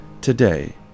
today